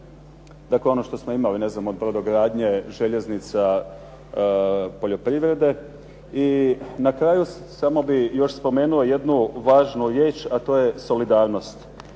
dakle ono što smo imali od brodogradnje, željeznica, poljoprivrede. I na kraju, samo bih još spomenuo jednu važnu riječ a to je solidarnost.